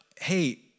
hey